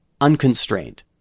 unconstrained